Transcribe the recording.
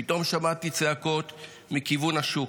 פתאום שמעתי צעקות מכיוון השוק,